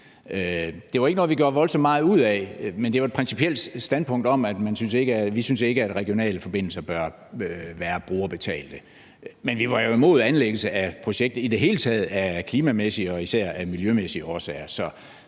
Det var ikke noget, vi gjorde voldsomt meget ud af, men det var et principielt standpunkt om, at vi ikke synes, at regionale forbindelser bør være brugerbetalte. Men vi var jo imod anlæggelsen af projektet i det hele taget af klimamæssige og især miljømæssige årsager.